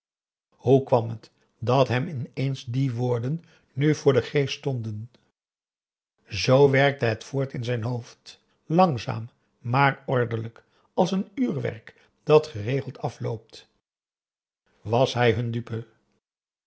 hoe kwam het dat hem ineens die woorden nu voor den geest stonden z werkte het voort in zijn hoofd langzaam maar ordelijk als een uurwerk dat geregeld afloopt was hij hun dupe